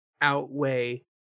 outweigh